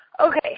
Okay